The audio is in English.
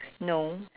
no